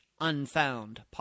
Unfound